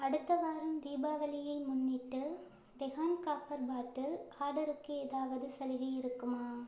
அடுத்த வாரம் தீபாவளியை முன்னிட்டு டெகான் காப்பர் பாட்டில் ஆர்டருக்கு ஏதாவது சலுகை இருக்குமா